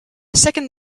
second